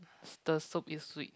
the soup is sweet